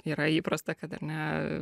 yra įprasta kad ar ne